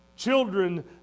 Children